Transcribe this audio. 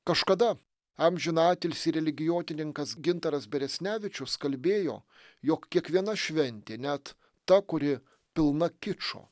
kažkada amžiną atilsį religijotininkas gintaras beresnevičius kalbėjo jog kiekviena šventė net ta kuri pilna kičo